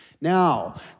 Now